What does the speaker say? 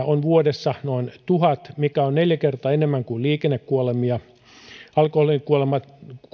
on vuodessa noin tuhat mikä on neljä kertaa enemmän kuin liikennekuolemia alkoholikuolemien